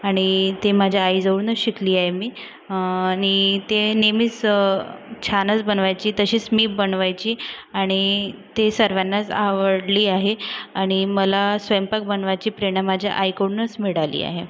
आणि ते माझ्या आईजवळूनच शिकली आहे मी आणि ते नेहमीस छानच बनवायची तशीच मी बनवायची आणि ते सर्वांनाच आवडली आहे आणि मला स्वयंपाक बनवायची प्रेरणा माझ्या आईकडूनस मिळाली आहे